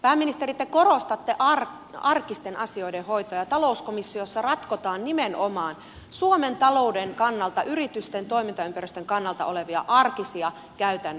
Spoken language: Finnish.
pääministeri te korostatte arkisten asioiden hoitoa ja talouskomissiossa ratkotaan nimenomaan suomen talouden kannalta yritysten toimintaympäristön kannalta arkisia käytännön asioita